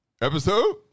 episode